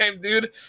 dude